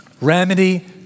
Remedy